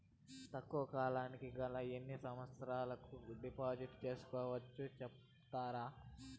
తక్కువ కాలానికి గా ఎన్ని సంవత్సరాల కు డిపాజిట్లు సేసుకోవచ్చు సెప్తారా